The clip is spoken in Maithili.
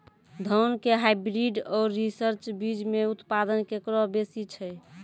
धान के हाईब्रीड और रिसर्च बीज मे उत्पादन केकरो बेसी छै?